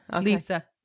lisa